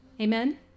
Amen